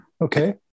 okay